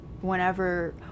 whenever